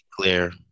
clear